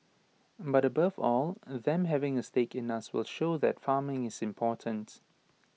but above all them having A stake in us will show that farming is important